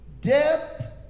Death